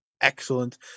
excellent